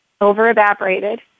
over-evaporated